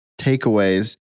takeaways